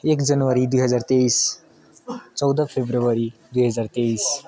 एक जनवरी दुई हजार तेइस चौध फरवरी दुई हजार तेइस